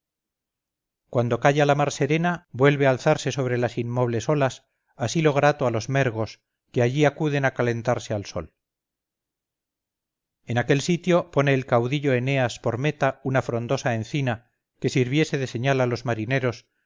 cuando calla la mar serena vuelve a alzarse sobre las inmobles olas asilo grato a los mergos que allí acuden a calentarse al sol en aquel sitio pone el caudillo eneas por meta una frondosa encina que sirviese de señal a los marineros